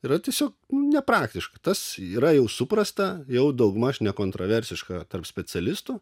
yra tiesiog nepraktiška tas yra jau suprasta jau daugmaž nekontraversiška tarp specialistų